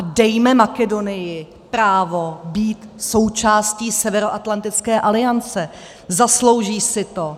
Dejme Makedonii právo být součástí Severoatlantické aliance, zaslouží si to.